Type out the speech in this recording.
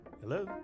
hello